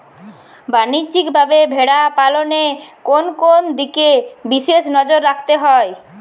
বাণিজ্যিকভাবে ভেড়া পালনে কোন কোন দিকে বিশেষ নজর রাখতে হয়?